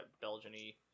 Belgian-y